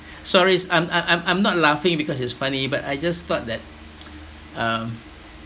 sorries I'm I'm I'm I'm not laughing because it's funny but I just thought that um